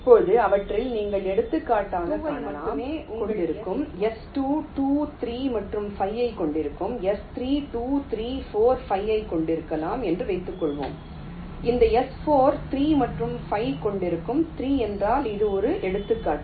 இப்போது அவற்றில் நீங்கள் எடுத்துக்காட்டாகக் காணலாம் உங்கள் S1 2 ஐ மட்டுமே கொண்டிருக்கும் S2 2 3 மற்றும் 5 கொண்டிருக்கும் S3 2 3 4 5 ஐக் கொண்டிருக்கலாம் என்று வைத்துக்கொள்வோம் இந்த S4 3 மற்றும் 5 கொண்டிருக்கும் 3 என்றால் இது ஒரு எடுத்துக்காட்டு